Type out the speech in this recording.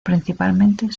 principalmente